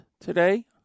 today